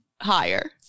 Higher